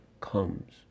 comes